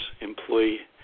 employee